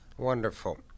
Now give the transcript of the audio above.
Wonderful